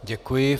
Děkuji.